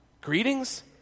Greetings